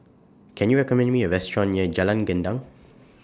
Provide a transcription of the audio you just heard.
Can YOU recommend Me A Restaurant near Jalan Gendang